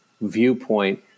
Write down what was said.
viewpoint